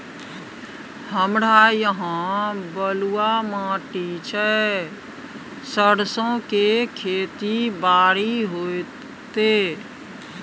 हमरा यहाँ बलूआ माटी छै सरसो के खेती बारी होते?